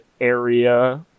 area